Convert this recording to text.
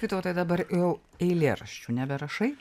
vytautai dabar jau eilėraščių neberašai